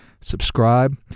Subscribe